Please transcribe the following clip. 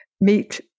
meet